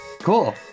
Cool